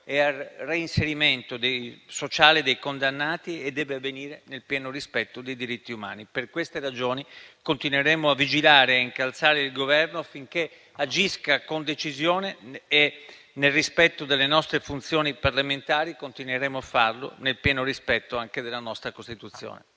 e al reinserimento sociale dei condannati e deve avvenire nel pieno rispetto dei diritti umani. Per queste ragioni, continueremo a vigilare e a incalzare il Governo affinché agisca con decisione e continueremo a farlo nel rispetto delle nostre funzioni parlamentari e nel pieno rispetto anche della nostra Costituzione.